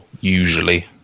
usually